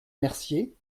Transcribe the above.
mercier